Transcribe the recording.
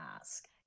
ask